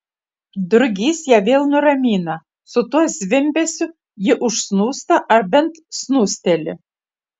drugys ją vėl nuramina su tuo zvimbesiu ji užsnūsta ar bent snūsteli